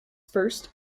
first